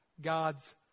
God's